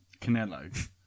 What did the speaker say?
Canelo